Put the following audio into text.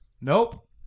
Nope